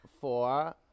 Four